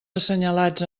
assenyalats